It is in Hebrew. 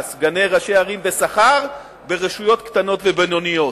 ראשי ערים בשכר ברשויות קטנות ובינוניות.